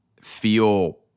feel